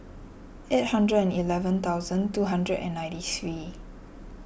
eight hundred and eleven thousand two hundred and ninety three